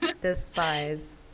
despise